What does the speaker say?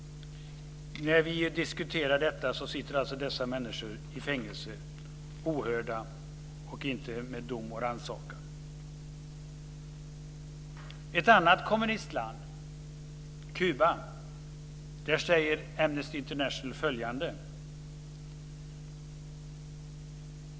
När vi diskuterar detta sitter dessa människor i fängelse utan dom och rannsakan. För ett annat kommunistland, Kuba, säger Amnesty International följande.